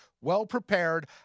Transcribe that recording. well-prepared